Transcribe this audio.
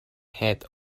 head